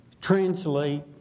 translate